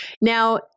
Now